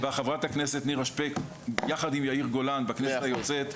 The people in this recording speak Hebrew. חברת הכנסת נירה שפק ביחד עם יאיר גולן כבר קידמו את זה בכנסת היוצאת,